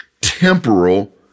temporal